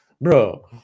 bro